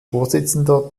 vorsitzender